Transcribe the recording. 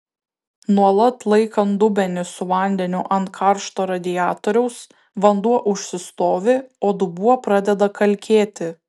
nuolat laikant dubenį su vandeniu ant karšto radiatoriaus vanduo užsistovi o dubuo pradeda kalkėti